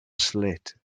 slate